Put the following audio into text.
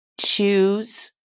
Choose